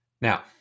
Now